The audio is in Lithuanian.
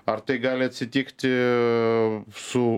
ar tai gali atsitikti su